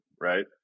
right